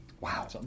Wow